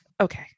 Okay